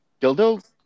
Dildo